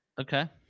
Okay